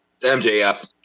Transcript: MJF